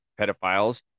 pedophiles